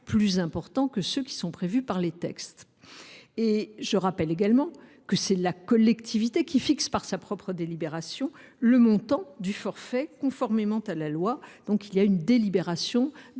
plus importants que ceux qui sont prévus par les textes. Je rappelle également que c’est la collectivité qui fixe, par une délibération, le montant du forfait, conformément à la loi. Il existe donc une délibération